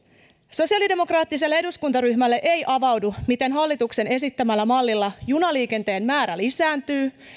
sosiaalidemokraattiselle eduskuntaryhmälle ei avaudu miten hallituksen esittämällä mallilla junaliikenteen määrä lisääntyy